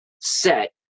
set